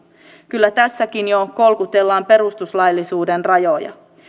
kyllä tässäkin jo kolkutellaan perustuslaillisuuden rajoja